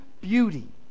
beauty